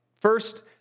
first